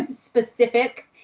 specific